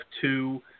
two